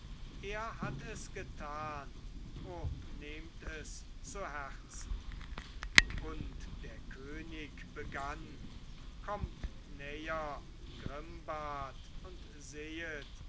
er hat es getan o nehmt es zu herzen und der könig begann kommt näher grimbart und sehet